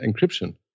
encryption